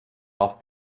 off